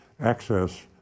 access